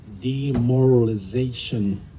demoralization